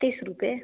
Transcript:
तीस रुपये